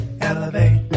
Elevate